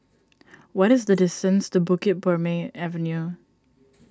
what is the distance to Bukit Purmei Avenue